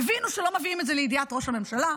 הבינו שלא מביאים את זה לידיעת ראש הממשלה.